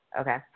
Okay